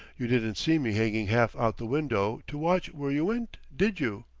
you didn't see me hanging half out the window, to watch where you went, did you?